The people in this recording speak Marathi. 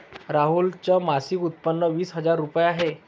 राहुल च मासिक उत्पन्न वीस हजार रुपये आहे